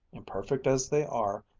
imperfect as they are,